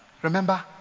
Remember